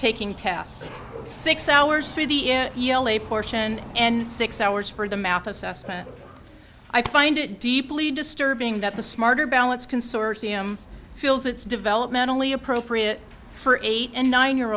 taking test six hours through the n l a portion and six hours for the math assessment i find it deeply disturbing that the smarter balance consortium feels it's developmentally appropriate for eight and nine year